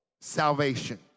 salvation